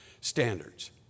standards